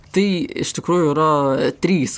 tai iš tikrųjų yra trys